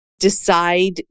decide